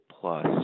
plus